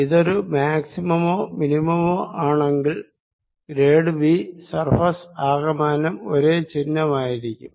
ഇതൊരു മാക്സിമമോ മിനിമമോ ആണെങ്കിൽ ഗ്രേഡ് V സർഫേസ് ആകമാനം ഒരേ ചിഹ്നമായിരിക്കും